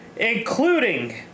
Including